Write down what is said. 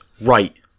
right